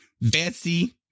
Betsy